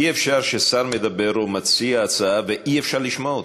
אי-אפשר ששר מדבר או מציע הצעה ואי-אפשר לשמוע אותו.